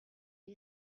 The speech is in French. les